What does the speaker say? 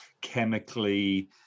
chemically